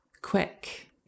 quick